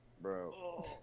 bro